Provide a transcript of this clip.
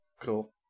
Cool